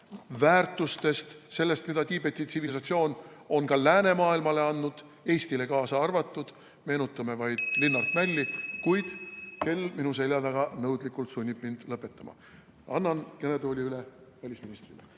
väärtustest, sellest, mida Tiibeti tsivilisatsioon on ka läänemaailmale andnud, kaasa arvatud Eestile. Meenutame Linnart Mälli. Kuid kell minu selja taga nõudlikult sunnib mind lõpetama. Annan kõnetooli üle välisministrile.